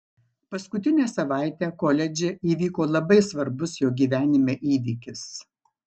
paskutinę savaitę koledže įvyko labai svarbus jo gyvenime įvykis